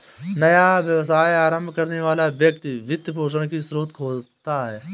नया व्यवसाय आरंभ करने वाला व्यक्ति वित्त पोषण की स्रोत खोजता है